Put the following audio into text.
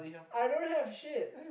I don't have shit